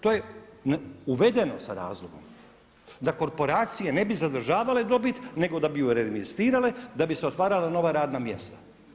To je uvedeno sa razlogom da korporacije ne bi zadržavale dobit nego da bi ju … da bi se otvarala nova radna mjesta.